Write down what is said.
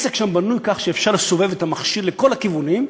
העסק שם בנוי כך שאפשר לסובב את המכשיר לכל הכיוונים,